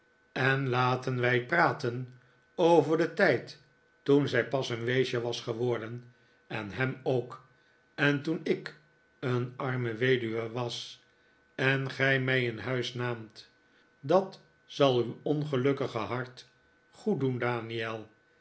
en laten wij wat praten over den tijd toen zij pas een weesje was geworden en ham ook en toen ik een arme weduwe was en gij mij in huis naamt dat zal uw ongelukkige hart goed doen daniel